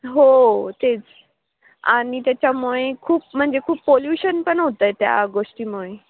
हो तेच आणि त्याच्यामुळे खूप म्हणजे खूप पोल्युशन पण होत आहे त्या गोष्टीमुळे